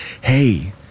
hey